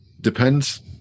depends